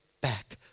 back